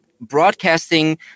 broadcasting